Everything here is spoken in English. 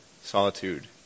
solitude